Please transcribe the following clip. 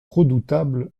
redoutable